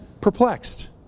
Perplexed